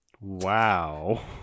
Wow